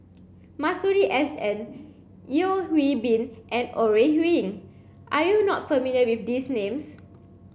Masuri S N Yeo Hwee Bin and Ore Huiying are you not familiar with these names